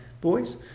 boys